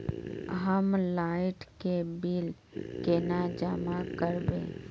हम लाइट के बिल केना जमा करबे?